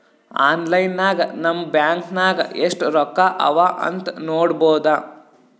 online ನಾಗ್ ನಮ್ bank ನಾಗ್ ಎಸ್ಟ್ ರೊಕ್ಕಾ ಅವಾ ಅಂತ್ ನೋಡ್ಬೋದ